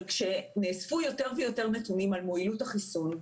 אבל כשנאספו יותר ויותר נתונים על מועילות החיסון,